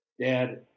Dad